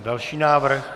Další návrh.